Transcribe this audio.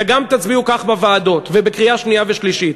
וגם תצביעו כך בוועדות, ובקריאה שנייה ושלישית.